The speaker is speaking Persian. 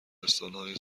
بستانهای